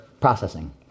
processing